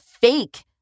fake